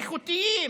איכותיים,